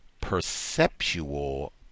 perceptual